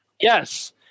Yes